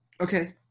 Okay